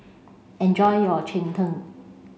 enjoy your Cheng Tng